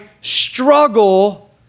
struggle